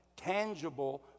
tangible